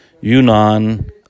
Yunnan